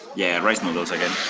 yeah, rice noodles again.